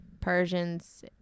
Persians